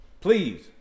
Please